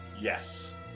Yes